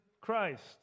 Christ